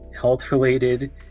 health-related